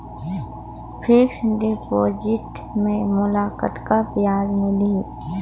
Fixed deposit मे मोला कतका ब्याज मिलही?